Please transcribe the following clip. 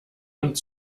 und